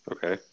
Okay